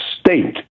state